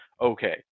okay